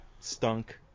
stunk